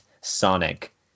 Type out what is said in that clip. Sonic